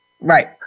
Right